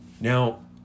Now